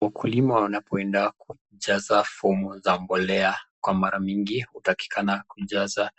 Wakulima wanapoenda kujaza fomu za mbolea kwa mara mingi utatakikana kujaza